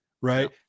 right